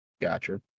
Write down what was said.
Gotcha